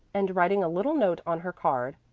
and writing a little note on her card,